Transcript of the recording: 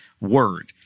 word